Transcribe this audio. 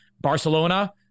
Barcelona